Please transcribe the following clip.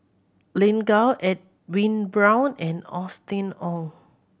Lin Gao Edwin Brown and Austen Ong